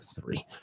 three